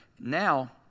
now